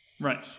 Right